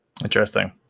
Interesting